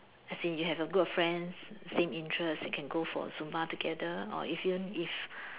as in you have a good friends same interest you can go for Zumba together or even if